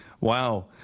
wow